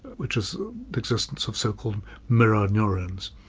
which is the existence of so-called mirror-neurons.